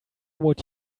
would